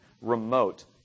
remote